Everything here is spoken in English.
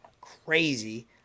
crazy